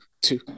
two